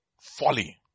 folly